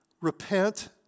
repent